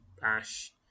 bash